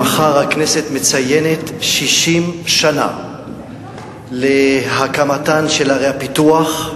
מחר הכנסת מציינת 60 שנה להקמתן של ערי הפיתוח,